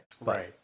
Right